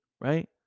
right